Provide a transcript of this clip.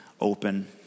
open